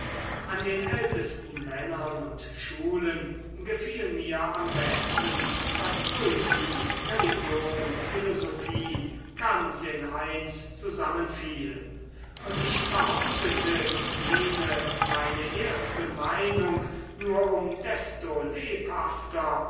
an den ältesten männern und schulen gefiel mir am besten daß poesie religion und philosophie ganz in eins zusammenfielen und ich behauptete jene meine erste meinung nur um desto lebhafter